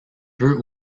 peut